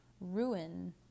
ruin